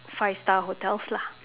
five star hotels lah